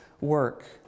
work